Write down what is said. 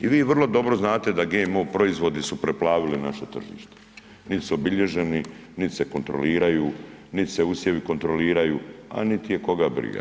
I vi vrlo dobro znate da GMO proizvodi su preplavili naše tržište, niti su obilježeni niti se kontroliraju, niti se usjevi kontroliraju a niti je koga briga.